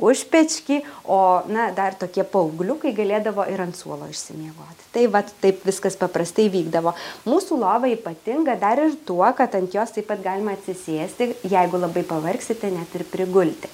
užpečky o na dar tokie paaugliukai galėdavo ir ant suolo išsimiegot tai vat taip viskas paprastai vykdavo mūsų lova ypatinga dar ir tuo kad ant jos taip pat galima atsisėsti jeigu labai pavargsite net ir prigulti